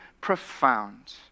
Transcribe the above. profound